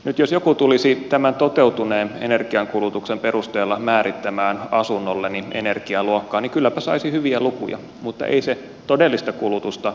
nyt jos joku tulisi tämän toteutuneen energiankulutuksen perusteella määrittämään asunnolleni energialuokkaa niin kylläpä saisi hyviä lukuja mutta ei se todellista kulutusta kuvaisi